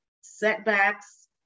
setbacks